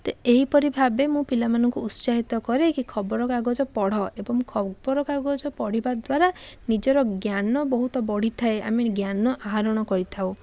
ଏହିପରି ଭାବେ ମୁଁ ପିଲାମାନଙ୍କୁ ଉତ୍ସାହିତ କରେ କି ଖବରକାଗଜ ପଢ଼ ଏବଂ ଖବରକାଗଜ ପଢ଼ିବା ଦ୍ୱାରା ନିଜର ଜ୍ଞାନ ବହୁତ ବଢ଼ିଥାଏ ଆମେ ଜ୍ଞାନ ଆହରଣ କରିଥାଉ